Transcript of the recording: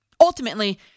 Ultimately